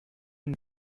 une